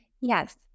Yes